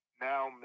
now